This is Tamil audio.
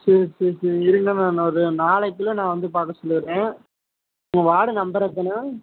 சரி சரி சரி இருங்கள் நான் ஒரு நாளைக்குள்ளே நான் வந்து பார்க்க சொல்லிடறேன் உங்கள் வார்டு நம்பர் எத்தனை